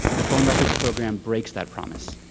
the phone records program breaks that promise.